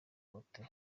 bote